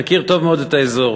מכיר טוב מאוד את האזור,